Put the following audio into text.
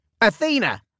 Athena